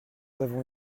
avons